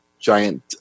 giant